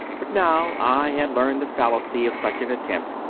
but now i had learned the fallacy of such an attempt,